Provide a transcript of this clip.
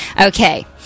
Okay